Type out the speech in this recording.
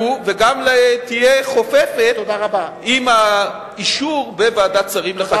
וגם תהיה חופפת לאישור בוועדת שרים לחקיקה.